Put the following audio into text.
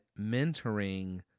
mentoring